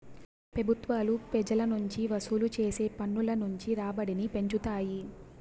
పెబుత్వాలు పెజల నుంచి వసూలు చేసే పన్నుల నుంచి రాబడిని పెంచుతాయి